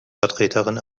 vertreterin